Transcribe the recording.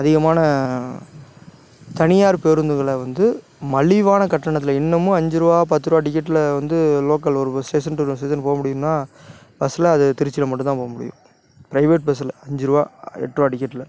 அதிகமான தனியார் பேருந்துகளை வந்து மலிவான கட்டணத்தில் இன்னமும் அஞ்சு ரூபா பத்து ரூபா டிக்கெட்டில் வந்து லோக்கல் ஒரு பஸ் ஸ்டேஷன் டு இன்னொரு ஸ்டேஷனுக்கு போக முடியும்னா பஸ்ஸில் அது திருச்சியில் மட்டும்தான் போக முடியும் பிரைவேட் பஸ்ஸில் அஞ்சு ரூபா எட்ரூபா டிக்கெட்டில்